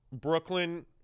Brooklyn